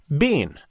bean